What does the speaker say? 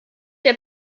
der